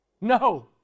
No